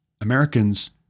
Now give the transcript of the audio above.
Americans